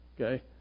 okay